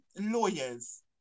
lawyers